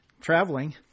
traveling